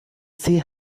see